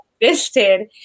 existed